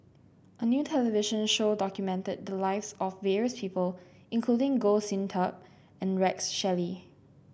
a new television show documented the lives of various people including Goh Sin Tub and Rex Shelley